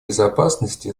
безопасности